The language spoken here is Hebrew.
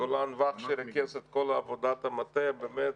גולן ואך שריכז את כל עבודת המטה ובאמת